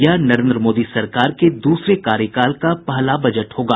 यह नरेन्द्र मोदी सरकार के दूसरे कार्यकाल का पहला बजट होगा